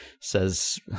says